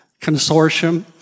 consortium